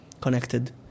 connected